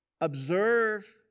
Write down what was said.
observe